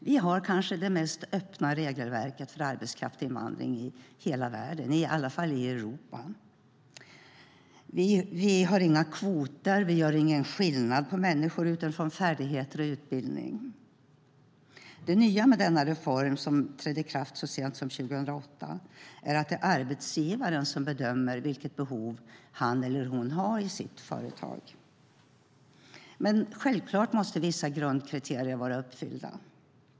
Vi har kanske det mest öppna regelverket för arbetskraftsinvandring i världen, i alla fall i Europa. Vi har inga kvoter, och vi gör ingen skillnad på människor utifrån färdigheter och utbildning. Det nya med denna reform som trädde i kraft så sent som 2008 är att det är arbetsgivaren som bedömer vilket behov han eller hon har i sitt företag. Självklart måste vissa grundkriterier vara uppfyllda.